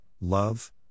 love